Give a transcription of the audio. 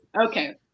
Okay